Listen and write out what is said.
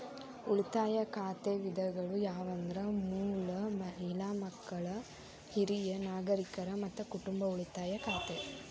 ಉಳಿತಾಯ ಖಾತೆ ವಿಧಗಳು ಯಾವಂದ್ರ ಮೂಲ, ಮಹಿಳಾ, ಮಕ್ಕಳ, ಹಿರಿಯ ನಾಗರಿಕರ, ಮತ್ತ ಕುಟುಂಬ ಉಳಿತಾಯ ಖಾತೆ